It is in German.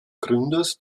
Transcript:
gründers